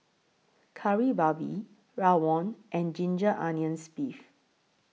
Kari Babi Rawon and Ginger Onions Beef